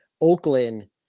Oakland